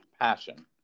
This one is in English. passion